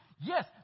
Yes